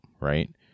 right